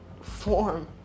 form